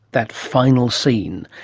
that final scene.